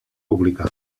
pública